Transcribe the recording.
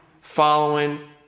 following